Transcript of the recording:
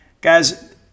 Guys